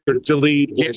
delete